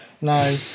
No